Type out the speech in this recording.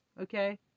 okay